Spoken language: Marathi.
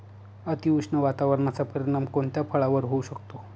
अतिउष्ण वातावरणाचा परिणाम कोणत्या फळावर होऊ शकतो?